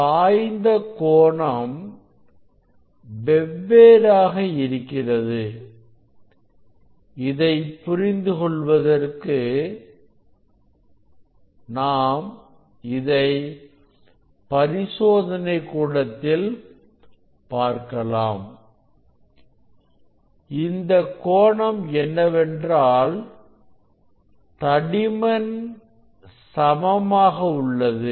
சாய்ந்த காணோம் வெவ்வேறாக இருக்கிறது இதை புரிந்து கொள்வதற்கு நாம் இதை பரிசோதனை கூடத்தில் பார்க்கலாம் இந்தக் கோணம் என்னவென்றால் தடிமன் சமமாக உள்ளது